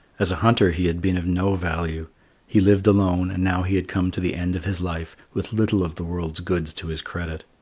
as a hunter he had been of no value he lived alone, and now he had come to the end of his life with little of the world's goods to his credit.